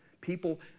people